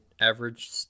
average